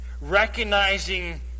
recognizing